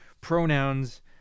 pronouns